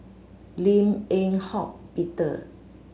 Lim Eng Hock Peter